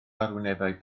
arwynebau